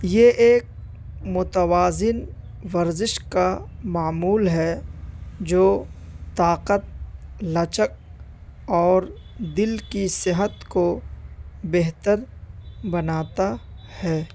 یہ ایک متوازن ورزش کا معمول ہے جو طاقت لچک اور دل کی صحت کو بہتر بناتا ہے